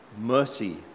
mercy